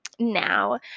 now